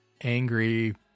angry